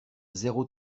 zéro